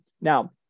Now